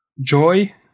joy